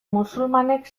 musulmanek